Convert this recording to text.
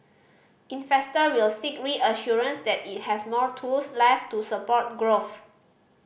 investor will seek reassurances that it has more tools left to support growth